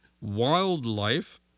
wildlife